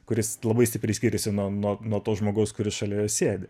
kuris labai stipriai skyrėsi nuo nuo nuo to žmogaus kuris šalia sėdi